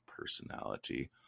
personality